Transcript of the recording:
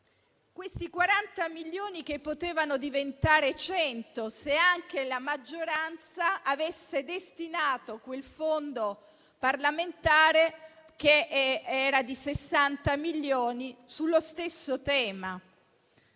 Questi 40 milioni potevano diventare 100 se la maggioranza avesse destinato quel fondo parlamentare, che era di 60 milioni, allo stesso tema.